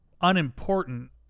unimportant